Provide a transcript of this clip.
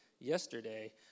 yesterday